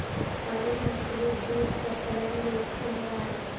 ఆదివాసులు జూట్ బట్టలను వేసుకునేవారు